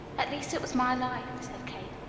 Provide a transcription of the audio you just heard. at least it was my life, said kate.